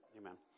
amen